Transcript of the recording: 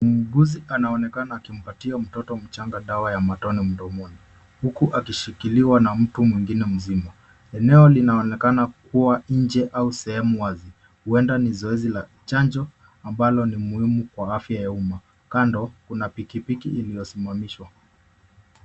Muuguzi anaonekana akimpatia mtoto mchanga dawa ya matone mdomoni, huku akishikiliwa na mtu mwingine mzima. Eneo linaonekana kua nje au sehemu wazi, huenda ni zoezi la chanjo, ambalo ni muhimu kwa afya ya umma. Kando, kuna pikipiki iliyosimamishwa.